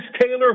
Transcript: Taylor